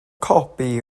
copi